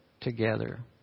together